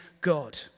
God